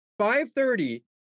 5.30